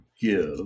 give